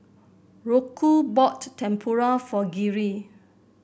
Rocco bought Tempura for Geary